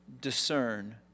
discern